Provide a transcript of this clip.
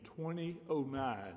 2009